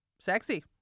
Sexy